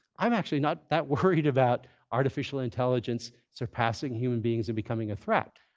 i'm actually not that worried about artificial intelligence surpassing human beings and becoming a threat.